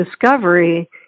discovery